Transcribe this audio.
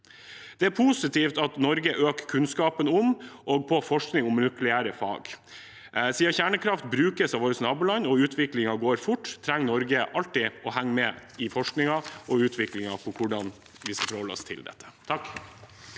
Det er positivt at Norge øker kunnskapen om og forskningen på nukleære fag. Siden kjernekraft brukes av våre naboland og utviklingen går fort, trenger Norge alltid å henge med i forskningen og utviklingen av hvordan vi skal forholde oss til dette.